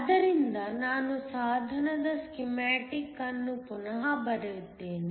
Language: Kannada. ಆದ್ದರಿಂದ ನಾನು ಸಾಧನದ ಸ್ಕೀಮ್ಯಾಟಿಕ್ ಅನ್ನು ಪುನಃ ಬರೆಯುತ್ತೇನೆ